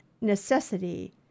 necessity